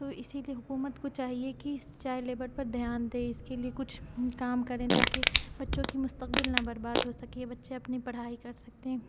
تو اسی لیے حکومت کو چاہیے کہ اس چائلد لیبر پر دھیان دے اس کے لیے کچھ کام کرے تاکہ بچوں کی مستقبل نہ برباد ہو سکے یا بچے اپنی پڑھائی کر سکتے ہیں